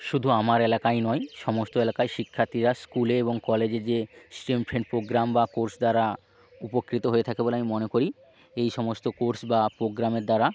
শুধু আমার এলাকাই নয় সমস্ত এলাকায় শিক্ষার্থীরা স্কুলে এবং কলেজে যে পোগ্রাম বা কোর্স দ্বারা উপকৃত হয়ে থাকে বলে আমি মনে করি এই সমস্ত কোর্স বা পোগ্রামের দ্বারা